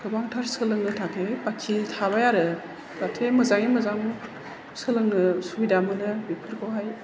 गोबांथार सोलोंनो थाखायहाय बाखि थाबाय आरो जाहाथे मोजाङै मोजां सोलोंनो सुबिदा मोनो बेफोरखौहाय